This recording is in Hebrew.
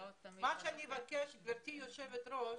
גברתי היושבת-ראש,